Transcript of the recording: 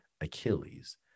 achilles